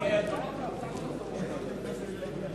הצעת סיעות בל"ד